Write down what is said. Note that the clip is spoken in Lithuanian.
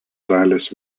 dailės